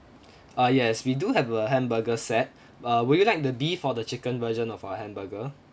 ah yes we do have a hamburger set uh would you like the beef or the chicken version of our hamburger